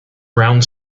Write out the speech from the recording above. around